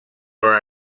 where